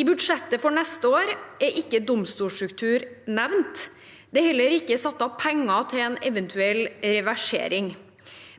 I budsjettet for neste år er ikke domstolsstruktur nevnt. Det er heller ikke satt av penger til en eventuell reversering.